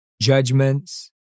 judgments